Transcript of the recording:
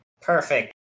Perfect